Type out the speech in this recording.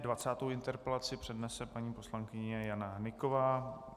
Dvacátou interpelaci přednese paní poslankyně Jana Hnyková.